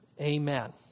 amen